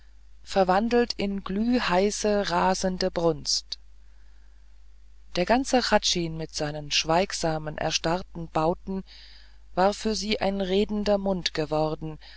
verwandelt in glühheiße rasende brunst der ganze hradschin mit seinen schweigsamen erstarrten bauten war für sie ein redender mund geworden